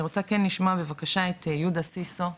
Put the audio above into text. אני רוצה כן לשמוע בבקשה את יהודה סיסו,